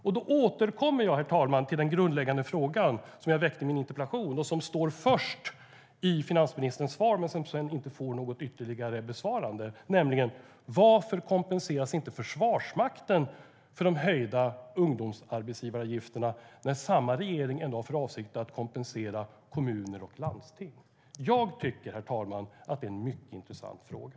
Därför återkommer jag, herr talman, till den grundläggande fråga som jag väckte i min interpellation och som står först i finansministerns skriftliga svar men som sedan inte får något ytterligare förtydligande, nämligen: Varför kompenseras inte Försvarsmakten för de höjda ungdomsarbetsgivaravgifterna när samma regering har för avsikt att kompensera kommuner och landsting? Jag tycker, herr talman, att det är en mycket intressant fråga.